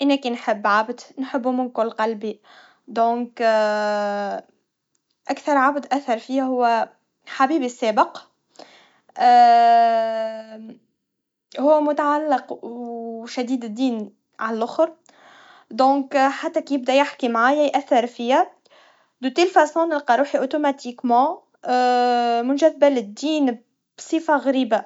أنا كان نحب عبد, نحبه من كل قلبي, لذلك أكثر عبد أثر فيا هوا, حبيبي السابق, هوا متعلق وشديد الدين عاللآخر, لذلك حتى كيبدا يحكي معايا يأثر فيا, بنفس الطريقا بروح أوتوماتيكي منجذبة للدين, بصفا غريبا.